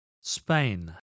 Spain